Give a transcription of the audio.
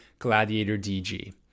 GladiatorDG